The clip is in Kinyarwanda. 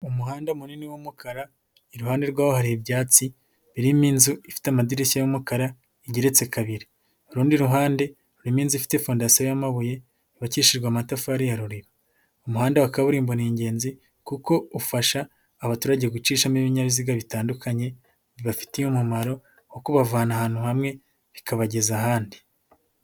Umuhanda munini w'umukara, iruhande rwawo hari ibyatsi birimo inzu ifite amadirishya y'umukara igeretse kabiri, urundi ruhande rurimo inzu ifite fondasiyo y'amabuye, yubakishijwe amatafari ya ruriba, umuhanda wa kaburimbo ni ingenzi kuko ufasha abaturage gucishamo ibinyabiziga bitandukanye bibafitiye umumaro wo kubavana ahantu hamwe bikabageza ahandi.